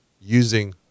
using